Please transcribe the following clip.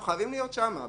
אנחנו חייבים להיות שם,